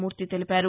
మూర్తి తెలిపారు